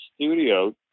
studio